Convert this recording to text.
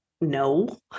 no